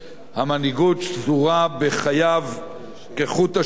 המנהיגות שזורה בחייו כחוט השני,